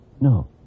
No